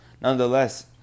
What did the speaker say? Nonetheless